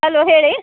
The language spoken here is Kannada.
ಹಲೋ ಹೇಳಿ